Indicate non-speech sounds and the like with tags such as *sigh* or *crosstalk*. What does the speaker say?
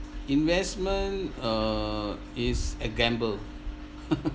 investment err is a gamble *laughs*